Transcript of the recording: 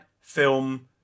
film